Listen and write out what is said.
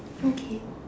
okay